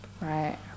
Right